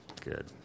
Good